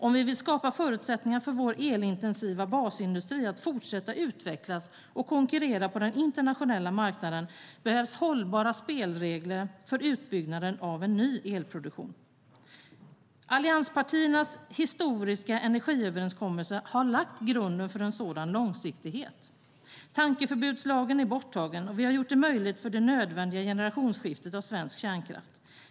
Om vi vill skapa förutsättningar för vår elintensiva basindustri att fortsätta utvecklas och konkurrera på den internationella marknaden behövs hållbara spelregler för utbyggnaden av ny elproduktion. Allianspartiernas historiska energiöverenskommelse har lagt grunden för en sådan långsiktighet. Tankeförbudslagen är borttagen, och vi har gjort det möjligt för det nödvändiga generationsskiftet av svensk kärnkraft.